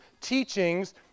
teachings